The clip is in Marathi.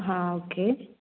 हां ओके